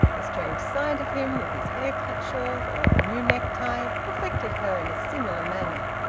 the strange sight of him with his hair cut short or in a new neck-tie affected her in a similar manner.